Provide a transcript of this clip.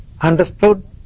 understood